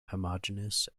homogeneous